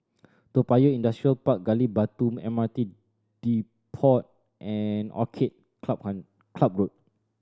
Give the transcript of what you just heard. Toa Payoh Industrial Park Gali Batu M R T Depot and Orchid Club Club Road